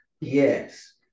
Yes